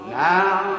now